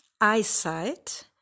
eyesight